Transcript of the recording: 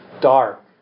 dark